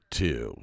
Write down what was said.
two